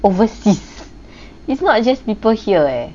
overseas it's not just people here leh